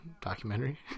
documentary